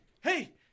hey